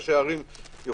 ראשי ערים הם